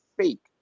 fake